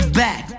back